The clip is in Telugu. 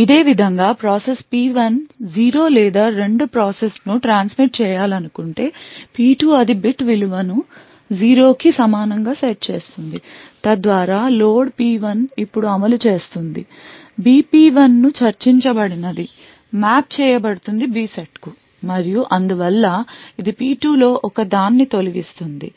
ఇదే విధంగా ప్రాసెస్ P1 0 లేదా రెండు ప్రాసెస్ను ట్రాన్స్మిట్ చేయాలనుకుంటే P2 అది bit విలువను 0 కి సమానంగా సెట్ చేస్తుంది తద్వారా లోడ్ P1 ఇప్పుడు అమలు చేస్తుంది B P1 ను చర్చించబడినది మ్యాప్ చేయబడుతుంది B సెట్కు మరియు అందువల్ల ఇది P2 లో ఒకదాన్ని తొలగిస్తుంది